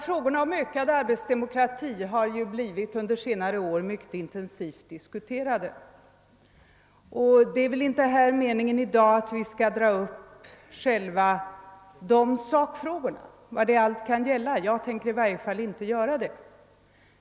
Frågorna om ökad arbetsdemokrati har emellertid under senare år blivit mycket intensivt diskuterade, och det är väl inte meningen att vi här i dag skall dra upp själva sakfrågan med allt vad den kan gälla; jag tänker i varje fall inte göra det.